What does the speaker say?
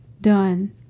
done